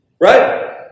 Right